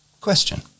Question